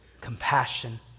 Compassion